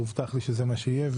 הובטח לי שזה מה שיהיה.